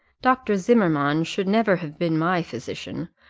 dr. zimmermann should never have been my physician,